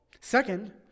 Second